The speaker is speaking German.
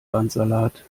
bandsalat